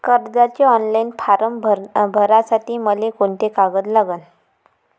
कर्जाचे online form भरासाठी मले कोंते कागद लागन?